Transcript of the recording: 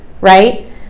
right